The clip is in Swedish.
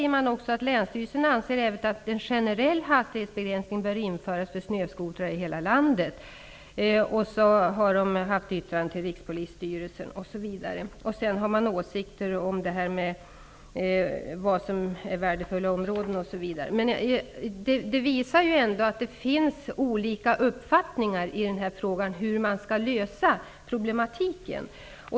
Länsstyrelsen anser vidare att en generell hastighetsbegränsning bör införas för snöskotrar i hela landet. Man nämner också att man har avgivit yttrande till Rikspolisstyrelsen. Länsstyrelsen har även åsikter om vad som är värdefulla områden, osv. Det här visar att det finns olika uppfattningar i frågan om hur man skall lösa problemen.